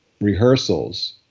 rehearsals